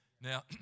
Now